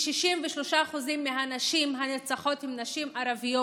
כ-63% מהנשים הנרצחות הן נשים ערביות.